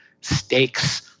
stakes